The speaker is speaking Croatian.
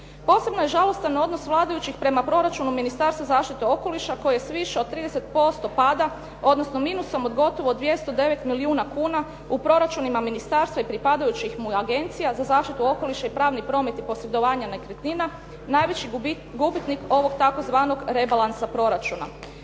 Posebno je žalostan odnos vladajućih prema proračunu Ministarstva zaštite okoliša koji je s više od 30% pada odnosno minusom od gotovo 209 milijuna kuna u proračunima ministarstava i pripadajućih mu agencija za zaštitu okoliša i pravni promet i posredovanje nekretnina najveći gubitnik ovog tzv. rebalansa proračuna.